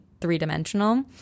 three-dimensional